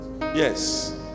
Yes